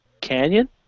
Canyon